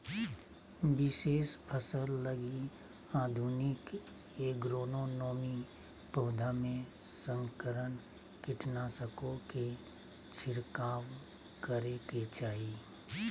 विशेष फसल लगी आधुनिक एग्रोनोमी, पौधों में संकरण, कीटनाशकों के छिरकाव करेके चाही